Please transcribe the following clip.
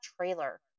trailer